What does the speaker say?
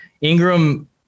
Ingram